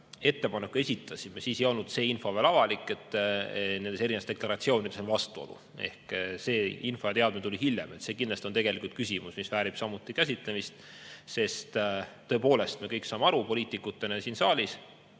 ettepaneku esitasime, ei olnud see info veel avalik, et nendes deklaratsioonides on vastuolu. See info ja teade tuli hiljem. See kindlasti on küsimus, mis väärib samuti käsitlemist, sest tõepoolest, me kõik saame poliitikutena siin saalis